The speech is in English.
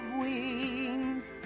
wings